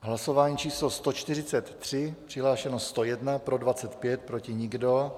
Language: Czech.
Hlasování číslo 143, přihlášeno je 101, pro 25, proti nikdo.